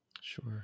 Sure